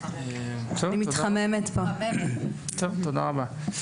בסדר, תודה רבה.